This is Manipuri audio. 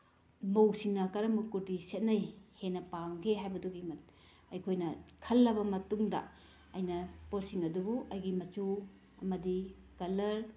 ꯃꯧꯁꯤꯡꯅ ꯀꯔꯝꯕ ꯀꯨꯔꯇꯤ ꯁꯦꯠꯅꯩ ꯍꯦꯟꯅ ꯄꯥꯝꯒꯦ ꯍꯥꯏꯕꯗꯨꯒꯤ ꯑꯩꯈꯣꯏꯅ ꯈꯜꯂꯕ ꯃꯇꯨꯡꯗ ꯑꯩꯅ ꯄꯣꯠꯁꯤꯡ ꯑꯗꯨꯕꯨ ꯑꯩꯒꯤ ꯃꯆꯨ ꯑꯃꯗꯤ ꯀꯂ꯭ꯔ